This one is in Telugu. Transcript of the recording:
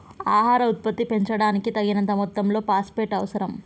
ఆహార ఉత్పత్తిని పెంచడానికి, తగినంత మొత్తంలో ఫాస్ఫేట్ అవసరం